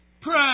Pray